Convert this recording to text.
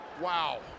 wow